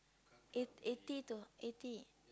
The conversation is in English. eight eighty to eighty